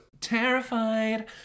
terrified